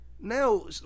Now